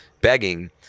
begging